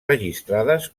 registrades